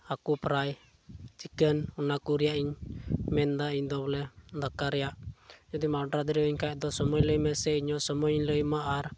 ᱦᱟᱹᱠᱩ fry chicken ᱚᱱᱟ ᱠᱚ ᱨᱮᱭᱟᱜ ᱤᱧ ᱢᱮᱱᱫᱟ ᱤᱧᱫᱚ ᱵᱚᱞᱮ ᱫᱟᱠᱟ ᱨᱮᱭᱟᱜ ᱡᱩᱫᱤᱢ ᱚᱰᱟᱨ ᱫᱟᱲᱮᱭᱟᱹᱧ ᱠᱷᱟᱡ ᱥᱚᱢᱚᱭ ᱞᱟᱹᱭ ᱤᱧᱢᱮ ᱥᱮ ᱤᱧᱦᱚᱸ ᱥᱚᱢᱚᱭᱤᱧ ᱞᱟᱹᱭ ᱟᱢᱟ ᱟᱨ